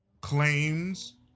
claims